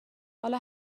حالا